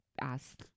ask